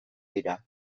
dira